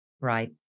Right